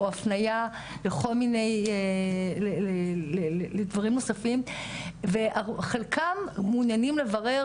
או הפנייה לכל מיני דברים נוספים וחלקם מעוניינים לברר,